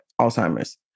Alzheimer's